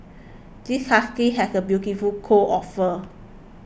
this husky has a beautiful coat of fur